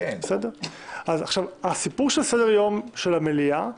הסיפור של סדר-יום של המליאה,